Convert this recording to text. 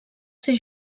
ser